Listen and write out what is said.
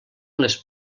les